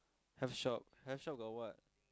health shop health shop got what